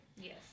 Yes